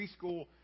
preschool